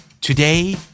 Today